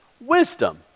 Wisdom